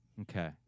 Okay